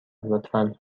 لطفا